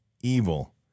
evil